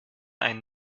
einen